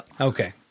Okay